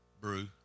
brew